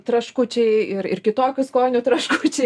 traškučiai ir ir kitokių skonių traškučiai